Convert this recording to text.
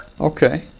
Okay